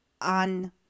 on